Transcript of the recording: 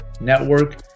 network